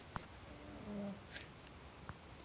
सामाजिक योजना के बारे में कुंसम पता करबे?